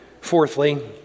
Fourthly